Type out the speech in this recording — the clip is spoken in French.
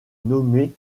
nommer